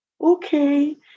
Okay